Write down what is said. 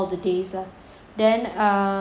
then uh